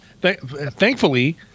Thankfully